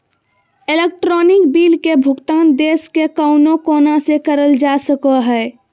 electronic bill के भुगतान देश के कउनो कोना से करल जा सको हय